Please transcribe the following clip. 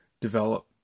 develop